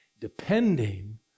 depending